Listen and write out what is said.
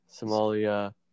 Somalia